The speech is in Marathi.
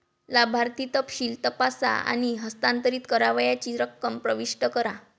लाभार्थी तपशील तपासा आणि हस्तांतरित करावयाची रक्कम प्रविष्ट करा